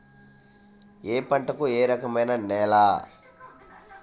ఏ పంటకు ఏ రకమైన నేల?